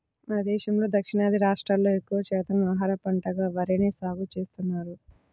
మన దేశంలో దక్షిణాది రాష్ట్రాల్లో ఎక్కువ శాతం ఆహార పంటగా వరిని సాగుచేస్తున్నారు